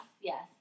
yes